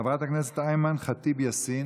חברת הכנסת אימאן ח'טיב יאסין,